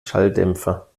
schalldämpfer